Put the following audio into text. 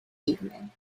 evening